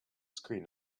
screen